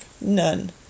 None